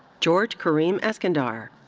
george kareem eskandar.